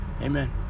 amen